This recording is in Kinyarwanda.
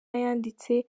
yanditse